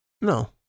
No